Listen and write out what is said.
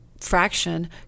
fraction